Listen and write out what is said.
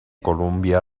columbia